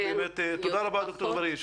תודה רבה ד"ר אגבאריה.